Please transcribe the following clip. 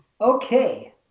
Okay